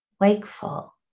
wakeful